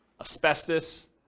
asbestos